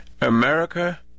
America